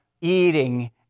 eating